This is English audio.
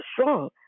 strong